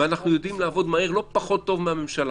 ואנחנו יודעים לעבוד מהר לא פחות טוב מהממשלה.